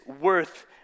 worth